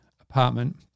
apartment